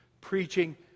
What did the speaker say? preaching